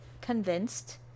convinced